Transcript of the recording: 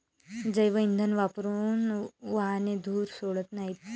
जैवइंधन वापरून वाहने धूर सोडत नाहीत